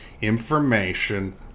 Information